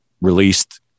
released